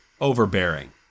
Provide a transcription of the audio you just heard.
overbearing